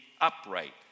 upright